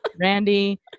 Randy